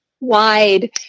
wide